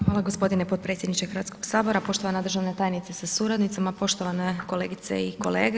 Hvala gospodine potpredsjedniče Hrvatskoga sabora, poštovana državna tajnice sa suradnicama, poštovane kolegice i kolege.